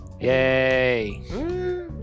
Yay